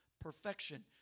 perfection